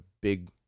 big